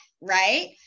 Right